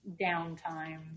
downtime